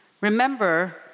remember